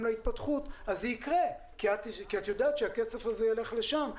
להתפתחות אז זה יקרה כי את יודעת שהכסף הזה ילך לשם.